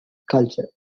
culture